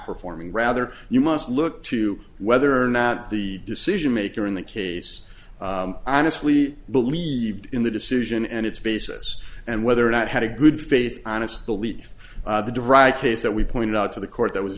performing rather you must look to whether or not the decision maker in that case i mostly believed in the decision and its basis and whether or not had a good faith honest belief the dry case that we pointed out to the court that was